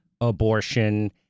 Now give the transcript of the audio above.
abortion